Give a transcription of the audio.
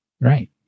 right